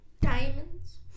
diamonds